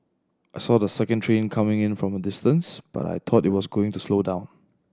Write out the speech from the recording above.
I saw the second train coming in from a distance but I thought it was going to slow down